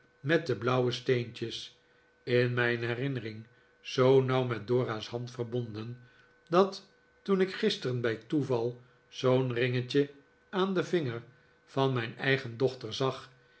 met de blauwe steentjes in mijn herinnering zoo nauw met dora's hand verbonden dat toen ik gisteren bij toeval zoo'n ringetje aan den vinger van mijn eigen dochter zag